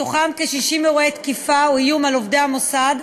מתוכם כ-60 אירועי תקיפה או איום על עובדי המוסד,